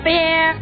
Bear